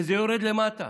וזה יורד למטה